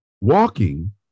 walking